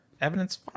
evidence